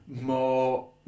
more